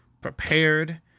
prepared